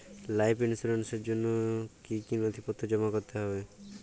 Life ইন্সুরেন্সর জন্য জন্য কি কি নথিপত্র জমা করতে হবে?